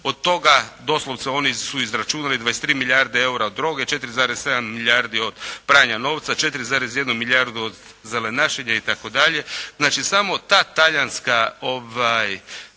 od toga doslovce oni su izračunali 23 milijarde eura od droge, 4,7 milijardi od pranja novca, 4,1 milijardu od zelenašenja itd. Znači samo ta talijanska